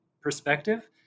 perspective